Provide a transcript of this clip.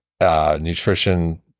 Nutrition